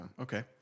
okay